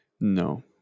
No